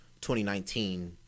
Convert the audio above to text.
2019